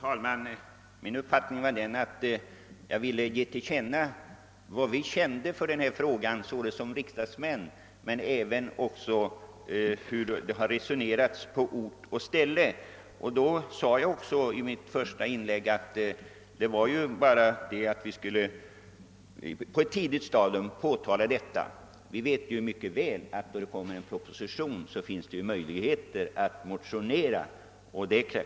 Herr talman! Jag har velat ge till känna vad vi anser i den här frågan som riksdagsmän från Jämtlands län men även hur det har resonerats på ort och ställe. Jag sade i mitt första inlägg att vi har velat påtala saken på ett tidigt stadium. Vi vet mycket väl att när det kommer en proposition finns det möjligheter att motionera.